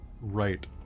right